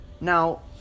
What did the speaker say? Now